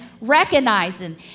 recognizing